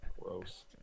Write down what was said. Gross